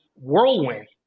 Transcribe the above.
whirlwind